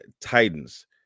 Titans